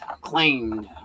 claimed